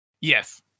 Yes